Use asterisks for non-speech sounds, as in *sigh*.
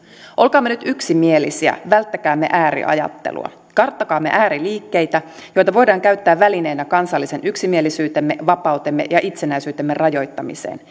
olkaamme nyt yksimielisiä välttäkäämme ääriajattelua karttakaamme ääriliikkeitä joita voidaan käyttää välineinä kansallisen yksimielisyytemme vapautemme ja itsenäisyytemme rajoittamiseen *unintelligible*